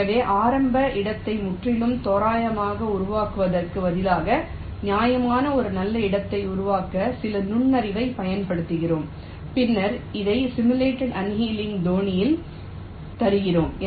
எனவே ஆரம்ப இடத்தை முற்றிலும் தோராயமாக உருவாக்குவதற்கு பதிலாக நியாயமான ஒரு நல்ல இடத்தை உருவாக்க சில நுண்ணறிவைப் பயன்படுத்துகிறோம் பின்னர் அதை சிமுலேட் அண்ணேலிங் தொனியில் தருகிறோம்